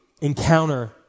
encounter